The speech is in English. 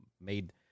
made